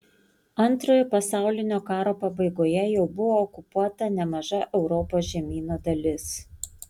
antrojo pasaulinio karo pabaigoje jau buvo okupuota nemaža europos žemyno dalis